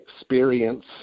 experience